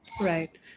Right